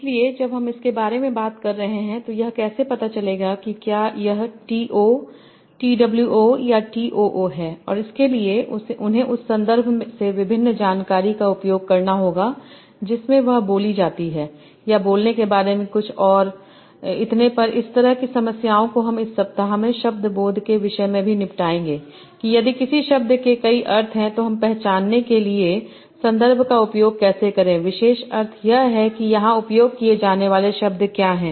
इसलिएजब हम इसके बारे में बात कर रहे हैं तो यह कैसे पता चलेगा कि क्या यह T O T W O या टी ओ ओ है और इसके लिए उन्हें उस संदर्भ से विभिन्न जानकारी का उपयोग करना होगा जिसमें वह बोली जाती है या बोलने के बारे में कुछ और इतने पर इस तरह की समस्याओं को हम इस सप्ताह में शब्द बोध के विषय में भी निपटाएंगे कि यदि किसी शब्द के कई अर्थ हैं तो हम पहचानने के लिए संदर्भ का उपयोग कैसे करें विशेष अर्थ यह है कि यहां उपयोग किए जाने वाले शब्द क्या हैं